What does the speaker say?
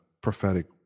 prophetic